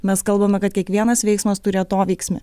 mes kalbame kad kiekvienas veiksmas turi atoveiksmį